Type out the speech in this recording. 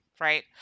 right